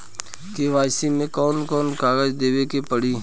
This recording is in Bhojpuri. के.वाइ.सी मे कौन कौन कागज देवे के पड़ी?